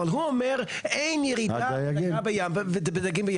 אבל הוא אומר שאין ירידה בדגה בים,